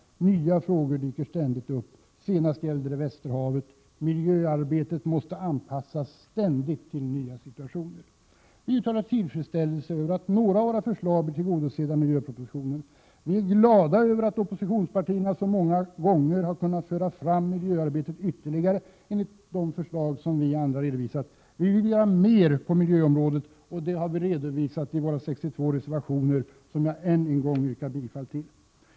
Nya frågor dyker ständigt upp. Senast gällde det Västerhavet. Miljöarbetet måste alltså ständigt anpassas till nya situationer. Vi uttalar tillfredsställelse över att några av våra förslag blir tillgodosedda i miljöpropositionen. Vi är glada över att oppositionspartierna så många gånger har kunnat föra miljöarbetet ytterligare ett steg framåt, i enlighet med de förslag som vi och andra har fört fram. Vi vill göra mer på miljöområdet. Detta har vi redovisat i våra 62 reservationer, som jag återigen yrkar bifall till.